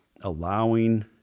allowing